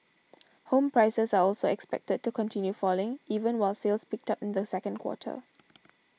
home prices are also expected to continue falling even while sales picked up in the second quarter